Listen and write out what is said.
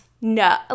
No